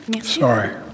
Sorry